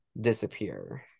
disappear